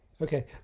Okay